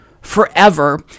forever